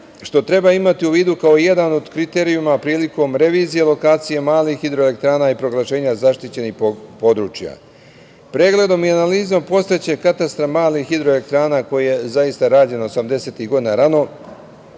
što treba imati u vidu kao jedan od kriterijuma prilikom revizije lokacije malih hidroelektrana i proglašenja zaštićenih područja. Pregledom i analizom postojećeg katastra malih hidroelektrana, koji je zaista rađen 1980-ih godina,